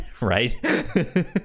Right